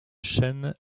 chaîne